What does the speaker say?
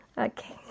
Okay